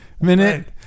Minute